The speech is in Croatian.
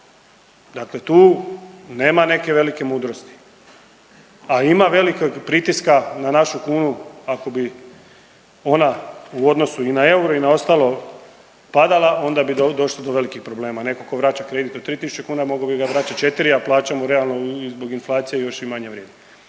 Dakle, tu nema neke velike mudrosti, a ima velikog pritiska na našu kunu ako bi ona u odnosu i na euro i na ostalo padala, onda bi došlo do velikih problema. Netko tko vraća kredit od 3000 kuna mogao bi ga vraćati 4, a plaća mu je realno zbog inflacije još i manje vrijedi.